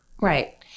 Right